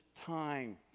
time